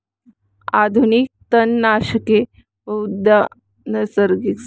आधुनिक तणनाशके बहुधा नैसर्गिक वनस्पती संप्रेरकांची कृत्रिम नक्कल करतात